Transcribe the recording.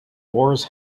wars